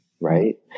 Right